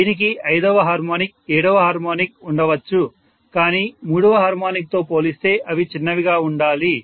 దీనికి ఐదవ హార్మోనిక్ ఏడవ హార్మోనిక్ ఉండవచ్చు కానీ మూడవ హార్మోనిక్తో పోలిస్తే అవి చిన్నవిగా ఉండాలి